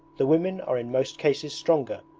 the women are in most cases stronger,